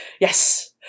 Yes